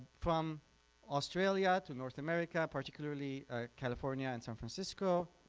from australia to north america, particularly california and san francisco,